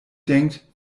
denkt